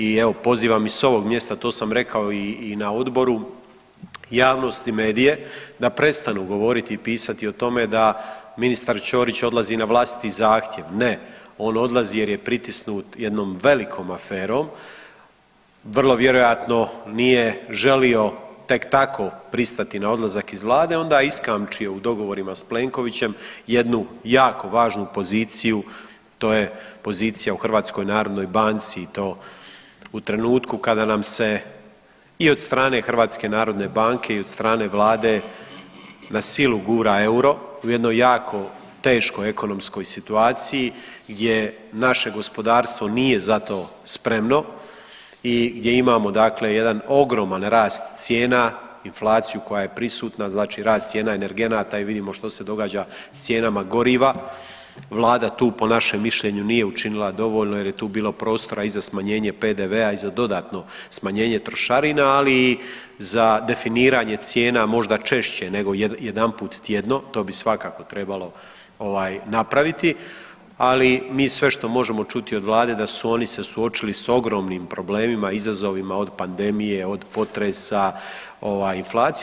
I evo pozivam i s ovog mjesta, to sam rekao i na Odboru javnosti i medije da prestanu govoriti i pisati o tome da ministar Ćorić odlazi na vlastiti zahtjev, ne on odlazi jer je pritisnut jednom velikom aferom, vrlo vjerojatno nije želio tek tako pristati na odlazak iz vlade onda je iskamčio u dogovorima s Plenkovićem jednu jako važnu poziciju, to je pozicija u HNB-u i to u trenutku kada nam se i od strane HNB-a i od strane vlade na silu gura euro u jednoj jako teškoj ekonomskoj situaciji gdje naše gospodarstvo nije za to spremno i gdje imamo dakle jedan ogroman rast cijena, inflaciju koja je prisutna, znači rast cijena energenata i vidimo što se događa s cijenama goriva, vlada tu po našem mišljenju nije učinila dovoljno jer je tu bilo prostora i za smanjenje PDV-a i za dodatno smanjenje trošarina, ali i za definiranje cijena možda češće nego jedanput tjedno, to bi svakako trebalo ovaj napraviti, ali mi sve što možemo čuti od vlade da su oni se suočili s ogromnim problemima i izazovima od pandemije, od potresa, ovaj inflacije.